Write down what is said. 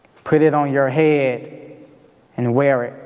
put it on your head and wear it